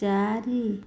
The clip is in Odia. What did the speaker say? ଚାରି